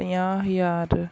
ਪੰਜਾਹ ਹਜ਼ਾਰ